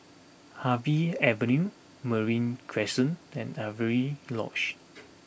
Harvey Avenue Marine Crescent and Avery Lodge